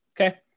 okay